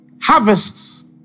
harvests